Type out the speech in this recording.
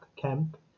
Camp